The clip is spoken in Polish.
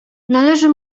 należy